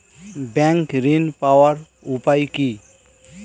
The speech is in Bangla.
ব্যাংক ঋণ পাওয়ার উপায় কি?